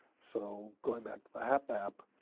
so going back to the hapmap,